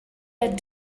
had